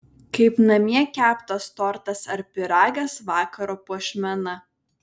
kaip namie keptas tortas ar pyragas vakaro puošmena